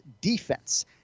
defense